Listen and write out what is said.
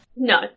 no